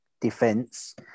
defense